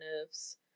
nerves